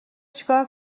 چیکار